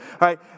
right